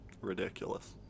ridiculous